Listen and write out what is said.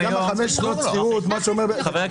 אבל גם חמש שנות שכירות יכולות להיות בברוטו.